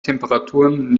temperaturen